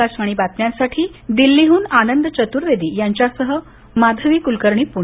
आकाशवाणी बातम्यांसाठी दिल्लीहून आनंद चतुर्वेदी यांच्यासह माधवी कुलकर्णी पृणे